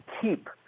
keep